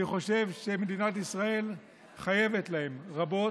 אני חושב שמדינת ישראל חייבת להם רבות.